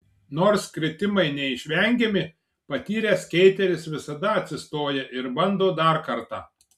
nors kritimai neišvengiami patyręs skeiteris visada atsistoja ir bando dar kartą